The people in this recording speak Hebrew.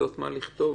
מה לכתוב?